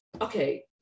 Okay